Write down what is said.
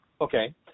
okay